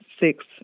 six